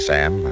Sam